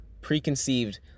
preconceived